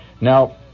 Now